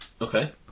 okay